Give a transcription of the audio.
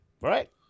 Right